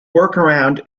workaround